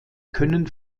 können